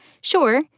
Sure